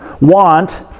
want